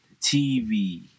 TV